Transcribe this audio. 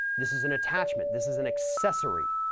this is an attachment. this is an accessory